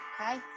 okay